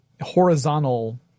horizontal